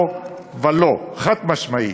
לא ולא, חד-משמעית.